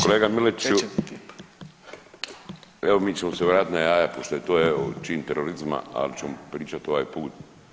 Kolega Miletiću, evo mi ćemo se vratit na jaja, pošto je to evo čin terorizma, ali ćemo pričat ovaj put.